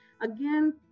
Again